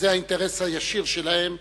וזה האינטרס הישיר שלהם.